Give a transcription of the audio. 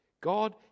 God